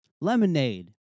lemonade